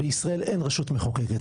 בישראל אין רשות מחוקקת,